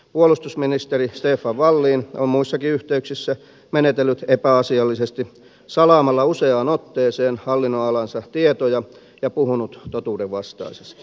puolustusministeri stefan wallin on muissakin yhteyksissä menetellyt epäasiallisesti salaamalla useaan otteeseen hallinnonalansa tietoja ja puhunut totuudenvastaisesti